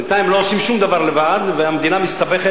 בינתיים הם לא עושים שום דבר לבד, המדינה מסתבכת.